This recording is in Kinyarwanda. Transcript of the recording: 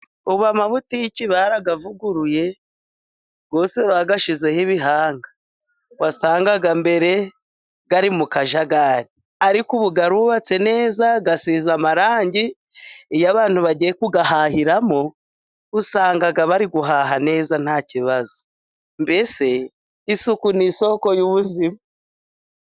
Ubu amabutike barayavuguruye yose bayashyizeho ibihanga, wasangaga mbere ari mu kajagari ariko ubu arubatse neza asize amarange. Iyo abantu bagiye kuyahahiramo usanga bari guhaha neza nta kibazo. Mbese isuku ni isoko y'ubuzima.